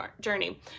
journey